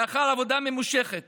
לאחר עבודה ממושכת